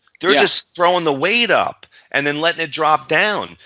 they're just throwing the weight up and then let it drop down.